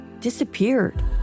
disappeared